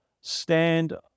stand